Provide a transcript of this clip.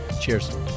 Cheers